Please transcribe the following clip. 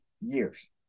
years